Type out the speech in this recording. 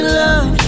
love